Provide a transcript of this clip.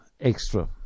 extra